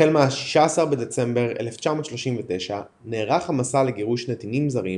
החל מ-16 בספטמבר 1939 נערך המסע לגירוש נתינים זרים